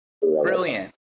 brilliant